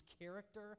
character